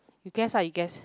you guess ah you guess